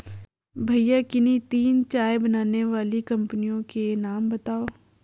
भैया किन्ही तीन चाय बनाने वाली कंपनियों के नाम बताओ?